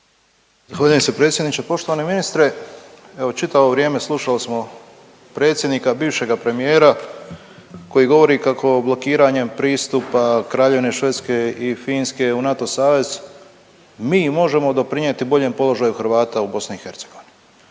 Zahvaljujem se predsjedniče. Poštovani ministre, evo čitavo vrijeme slušali smo predsjednika i bivšega premijera koji govori kako blokiranjem pristupa Kraljevine Švedske i Finske u NATO savez mi možemo doprinjeti boljem položaju Hrvata u BiH.